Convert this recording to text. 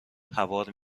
هوار